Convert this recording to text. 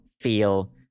feel